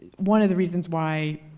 one of the reasons why,